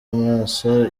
amaso